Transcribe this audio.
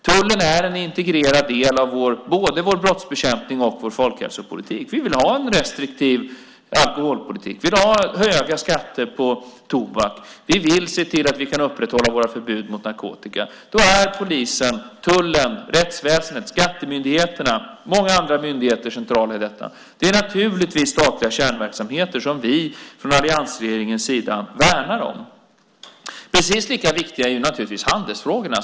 Tullen är en integrerad del av både vår brottsbekämpning och vår folkhälsopolitik. Vi vill ha en restriktiv alkoholpolitik. Vi vill ha höga skatter på tobak. Vi vill se till att vi kan upprätthålla våra förbud mot narkotika. Polisen, tullen, rättsväsendet, skattemyndigheterna och många andra myndigheter är centrala i detta. Det är statliga kärnverksamheter som alliansregeringen naturligtvis värnar om. Precis lika viktiga är förstås handelsfrågorna.